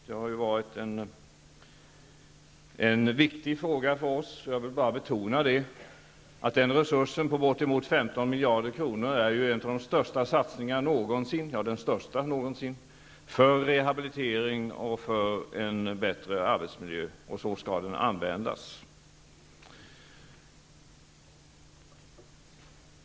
Det har ju varit en viktig fråga för oss, och jag vill bara betona att den resursen på bortemot 15 miljarder kronor är en av de största satsningarna någonsin -- ja, den största någonsin -- för rehabilitering och för bättre arbetsmiljö, och så skall den användas.